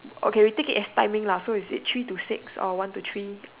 okay take it as timing lah so is it three to six or one to three